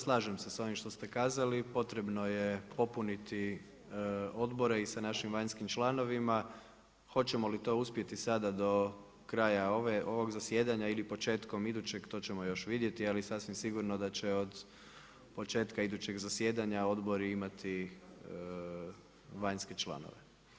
Slažem se s ovim što ste kazali, potrebno je popuniti odbore i sa našim vanjskim članovima, hoćemo li to uspjeti sada do kraja ovog zasjedanja ili početkom idućeg, to ćemo još vidjeti, ali sasvim sigurno da će od početka idućeg zasjedanja odbori imati vanjske članove.